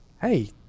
hey